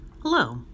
Hello